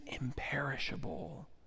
imperishable